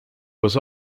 was